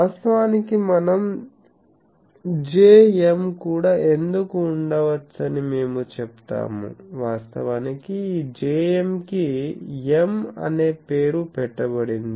వాస్తవానికి మనం Jm కూడా ఎందుకు ఉండవచ్చని మేము చెప్తాము వాస్తవానికి ఈ Jm కి M అనే పేరు పెట్టబడింది